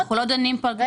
אנחנו לא דנים כאן בגברים.